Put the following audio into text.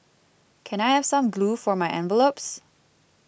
can I have some glue for my envelopes